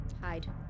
hide